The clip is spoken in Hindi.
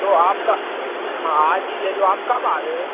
तो आपका हाँ आज ही ले लो आप कब आ रहे हो